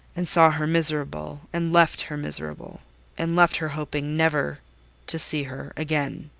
and saw her miserable, and left her miserable and left her hoping never to see her again.